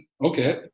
Okay